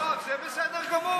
יואב, זה בסדר גמור.